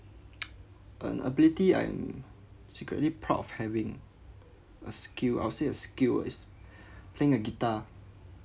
an ability I'm secretly proud of having a skill I would say a skill ah is playing a guitar